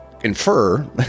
infer